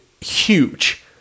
huge